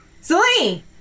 Celine